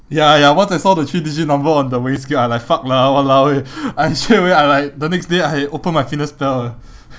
ya ya once I saw the three digit number on the weighing scale I like fuck lah !walao! eh I straightaway I like the next day I open my fitness pal eh